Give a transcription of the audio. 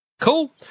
Cool